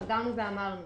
חזרנו ואמרנו